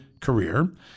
career